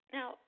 Now